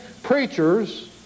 Preachers